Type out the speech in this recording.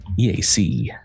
EAC